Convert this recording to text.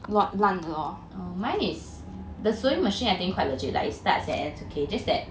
oh mine is the sewing machine I think quite legit lah it starts and ends okay just that